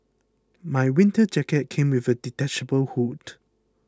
my winter jacket came with a detachable hood